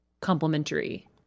complementary